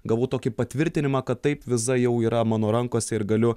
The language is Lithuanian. gavau tokį patvirtinimą kad taip viza jau yra mano rankose ir galiu